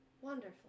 Wonderful